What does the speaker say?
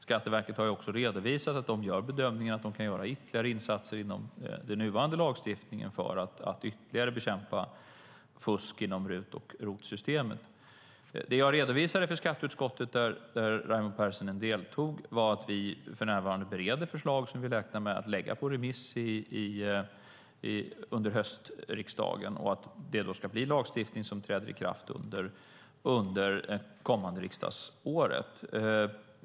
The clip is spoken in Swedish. Skatteverket har också redovisat att de gör bedömningen att de kan göra ytterligare insatser inom den nuvarande lagstiftningen för att ytterligare bekämpa fusk inom RUT och ROT-systemet. Det som jag redovisade för skatteutskottet, då Raimo Pärssinen deltog, var att vi för närvarande bereder förslag som vi räknar med att skicka ut på remiss under hösten och att lagstiftningen ska träda i kraft under det kommande riksdagsåret.